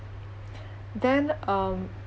then um